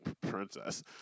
Princess